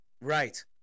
right